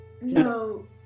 No